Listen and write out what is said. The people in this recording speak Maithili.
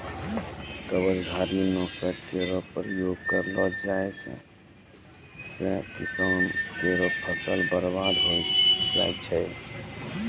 कवचधारी? नासक केरो प्रयोग करलो जाय सँ किसान केरो फसल बर्बाद होय जाय छै